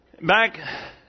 Back